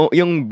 yung